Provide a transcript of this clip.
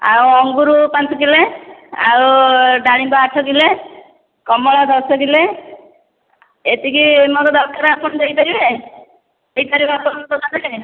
ଆଉ ଅଙ୍ଗୁର ପାଞ୍ଚ କିଲୋ ଆଉ ଡାଳିମ୍ବ ଆଠ କିଲୋ କମଳା ଦଶ କିଲୋ ଏତିକି ମୋର ଦରକାର ଆପଣ ଦେଇପାରିବେ କେତେ ଟଙ୍କା ନେବେ